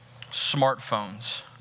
smartphones